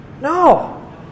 No